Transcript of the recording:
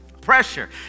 Pressure